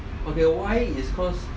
okay why it's cause